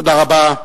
תודה רבה.